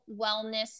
wellness